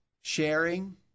sharing